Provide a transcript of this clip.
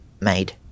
made